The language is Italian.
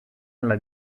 alla